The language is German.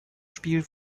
spiel